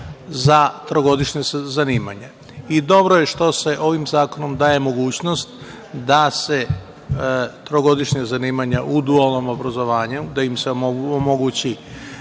za trogodišnje zanimanje. Dobro je što se ovim zakonom daje mogućnost da se trogodišnja zanimanja u dualnom obrazovanju, da im se omogući